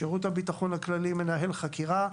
שירות הביטחון הכללי מנהל חקירה.